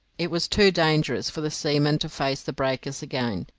it was too dangerous for the seamen to face the breakers again,